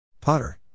Potter